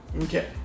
okay